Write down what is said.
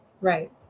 Right